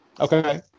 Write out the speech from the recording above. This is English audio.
Okay